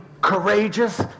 courageous